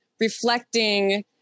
reflecting